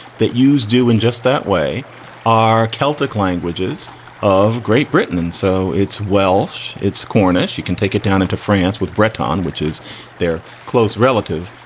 that use do in just that way are celtic languages of great britain. and so it's welsh. it's cornish. you can take it down into france with britain which is they're close relative,